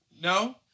No